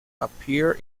appear